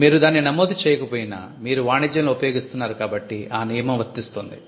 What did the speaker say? మీరు దాన్ని నమోదు చేయకపోయినా మీరు వాణిజ్యంలో ఉపయోగిస్తున్నారు కాబట్టి ఆ నియమం వర్తిస్తుంది